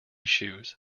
shoes